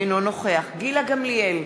אינו נוכח גילה גמליאל,